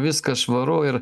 viskas švaru ir